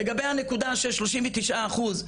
לגבי הנקודה של 39 אחוז,